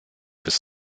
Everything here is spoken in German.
bist